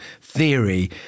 theory